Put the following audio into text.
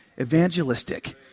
evangelistic